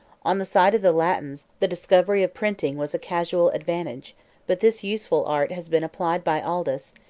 on the side of the latins, the discovery of printing was a casual advantage but this useful art has been applied by aldus,